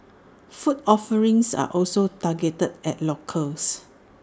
food offerings are also targeted at locals